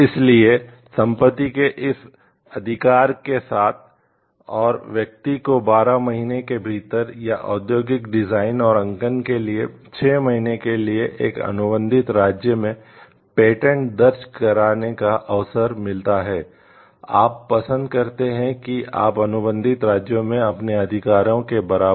इसलिए संपत्ति के इस अधिकार के साथ और व्यक्ति को 12 महीने के भीतर या औद्योगिक डिजाइन और अंकन के लिए 6 महीने के लिए एक अनुबंधित राज्य में पेटेंट दर्ज करने का अवसर मिलता है आप पसंद करते हैं कि आप अनुबंधित राज्यों में अपने अधिकारों के बराबर